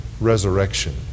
resurrection